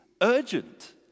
urgent